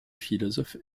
philosophe